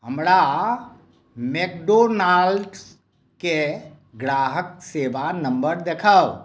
हमरा मैकडोनाल्ड्सके ग्राहक सेवा नम्बर देखाउ